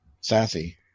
Sassy